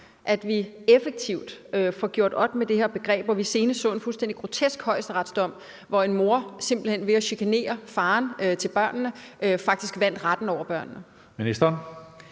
at vi effektivt får gjort op med det her begreb. Vi så senest en fuldstændig grotesk højesteretsdom, hvor en mor simpelt hen ved at chikanere faren til børnene faktisk vandt retten over børnene.